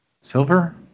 Silver